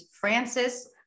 Francis